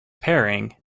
pairing